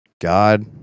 God